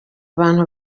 abantu